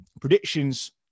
predictions